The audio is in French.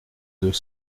deux